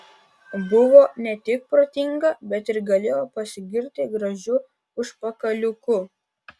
buvo ne tik protinga bet ir galėjo pasigirti gražiu užpakaliuku